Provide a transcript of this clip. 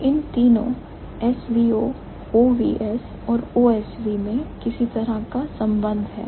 तो इन तीनों SVO OVS और OSV मैं किसी तरह का संबंध है